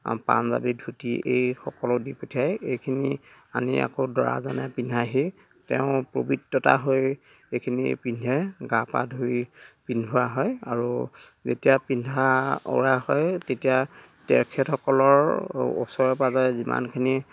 পাঞ্জাৱী ধূতি এইসকলো দি পঠিয়ায় এইখিনি আনি আকৌ দৰাজনে পিন্ধাইহি তেওঁৰ পৱিত্ৰতা হৈ এইখিনি পিন্ধে গা পা ধুই পিন্ধোৱা হয় আৰু যেতিয়া পিন্ধা উৰা হয় তেতিয়া তেখেতসকলৰ ওচৰে পাজৰে যিমানখিনি